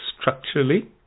structurally